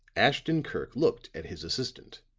ashton-kirk looked at his assistant.